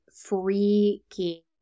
freaky